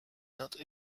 not